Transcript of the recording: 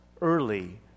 early